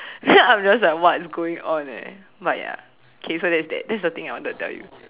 then I'm just like what's going on eh but ya okay so that's that that's the thing I wanted to tell you